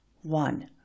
One